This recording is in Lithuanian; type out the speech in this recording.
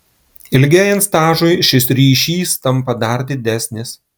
ilgėjant stažui šis ryšys tampa dar didesnis